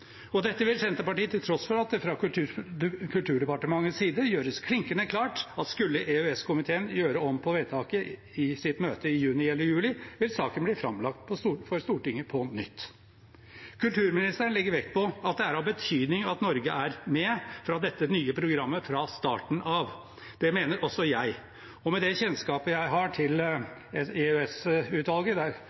Dette vil Senterpartiet til tross for at det fra Kulturdepartementets side gjøres klinkende klart at skulle EØS-komiteen gjøre om på vedtaket i sitt møte i juni eller juli, vil saken bli framlagt for Stortinget på nytt. Kulturministeren legger vekt på at det er av betydning at Norge er med i dette nye programmet fra starten av. Det mener også jeg. Og med det kjennskapet jeg har til